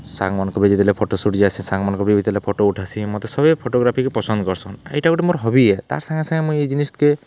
ସାଙ୍ଗ୍ମାନ୍କୁ ବି ଯେତେବେଲେ photo shoot ଯାଏସି ସାଙ୍ଗ୍ମାନ୍କୁ ବି ଯେତେବେଲେ ଫଟୋ ଉଠାସି ମତେ ସଭେ ଫଟୋଗ୍ରାଫିକେ ପସନ୍ଦ୍ କର୍ସନ୍ ଇଟା ଗୁଟେ ହବି ଏ ତାର୍ ସାଙ୍ଗେ ସାଙ୍ଗେ ମୁଇଁ ଇ ଜିନିଷ୍କେ